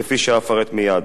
כפי שאפרט מייד.